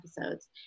episodes